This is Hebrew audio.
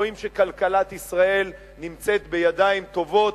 רואים שכלכלת ישראל נמצאת בידיים טובות,